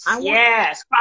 yes